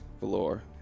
Valor